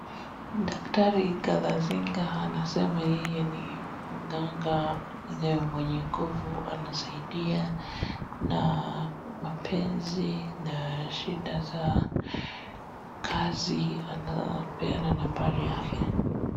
Daktari Galazinga anasema yeye ni mganga mwenye nguvu, anasaidia na mapenzi na shida za kazi na anapeana nambari ya afya.